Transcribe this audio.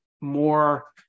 more